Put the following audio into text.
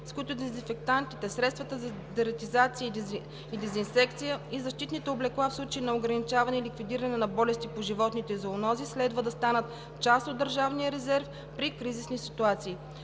с които дезинфектантите, средствата за дератизация и дезинсекция и защитните облекла в случаи на ограничаване и ликвидиране на болести по животните и зоонози следва да станат част от държавния резерв при кризисни ситуации.